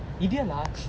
idiot lah